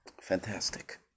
Fantastic